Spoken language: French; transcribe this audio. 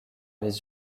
les